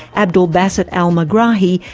abdel basset al-megrahi,